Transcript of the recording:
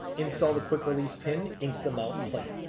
install the quick release pin into the mount plate.